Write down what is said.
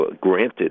granted